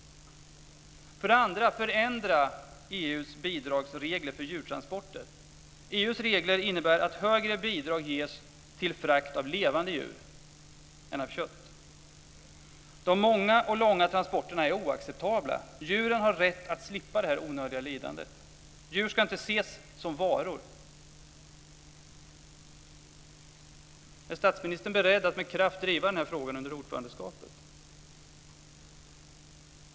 2. Förändra EU:s bidragsregler för djurtransporter! EU:s regler innebär att högre bidrag ges till frakt av levande djur än av kött. De många och långa transporterna är oacceptabla. Djuren har rätt att slippa detta onödiga lidande. Djur ska inte ses som varor. Är statsministern beredd att med kraft driva denna fråga under ordförandeskapet?